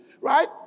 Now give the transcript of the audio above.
right